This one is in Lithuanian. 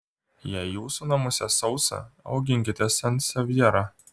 jei jūsų namuose sausa auginkite sansevjerą